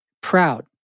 proud